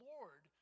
Lord